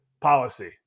policy